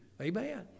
Amen